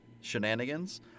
Shenanigans